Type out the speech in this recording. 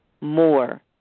more